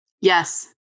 Yes